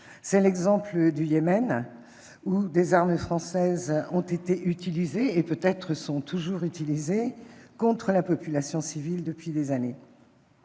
: celui du Yémen, où des armes françaises ont été utilisées, et sont peut-être toujours utilisées, contre la population civile depuis des années.